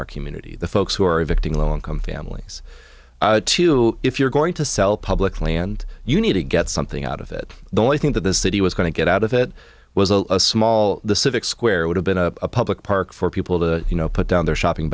our community the folks who are evicting low income families to if you're going to sell public land you need to get something out of it the only thing that the city was going to get out of it was a small the civic square would have been a public park for people to you know put down their shopping